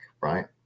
right